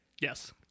Yes